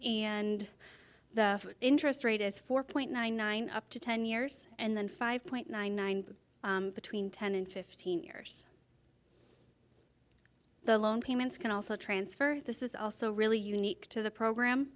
and the interest rate is four point nine nine up to ten years and then five point nine nine between ten and fifteen years the loan payments can also transfer this is also really unique to the program